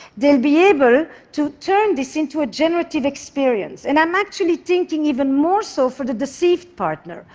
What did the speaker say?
they'll be able to turn this into a generative experience. and i'm actually thinking even more so for the deceived partner,